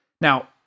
Now